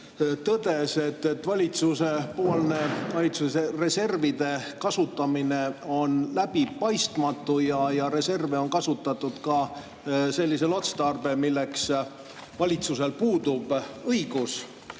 tõdes, et valitsusepoolne valitsuse reservi kasutamine on läbipaistmatu ja reservi on kasutatud ka sellisel otstarbel, milleks valitsusel õigus